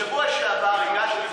בשבוע שעבר הגשתי חוק.